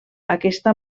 aquesta